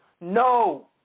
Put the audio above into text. No